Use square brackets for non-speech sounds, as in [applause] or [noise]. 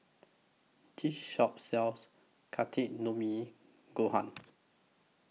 This Shop sells [unintelligible] Gohan